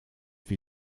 wir